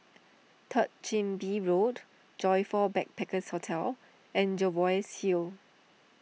Third Chin Bee Road Joyfor Backpackers' Hotel and Jervois Hill